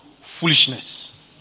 foolishness